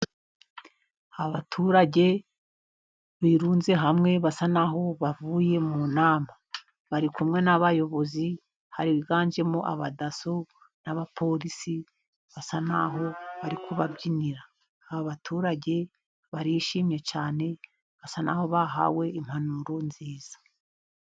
Abaturage birunze hamwe basa n'aho bavuye mu nama, bari kumwe n'abayobozi, hari biganjemo abadaso n'abapolisi, basa n'aho bari kubabyinira. Aba baturage barishimye cyane, basa n'aho bahawe impanuro nziza.